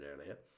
earlier